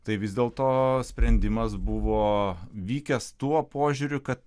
tai vis dėl to sprendimas buvo vykęs tuo požiūriu kad